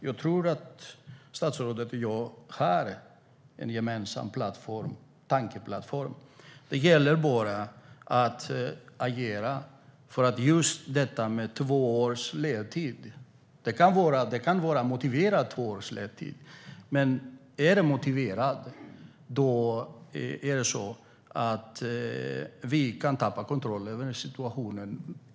Jag tror innerst inne att statsrådet och jag har en gemensam tankeplattform. Det gäller bara att agera. Det kan vara motiverat med två års ledtid. Men om det är motiverat kan vi tappa kontrollen över situationen.